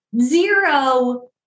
zero